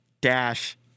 Dash